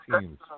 teams